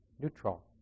Neutral